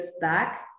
back